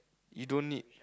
you don't need